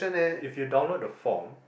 if you download the form